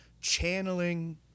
channeling